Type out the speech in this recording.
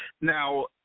Now